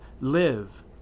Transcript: Live